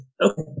Okay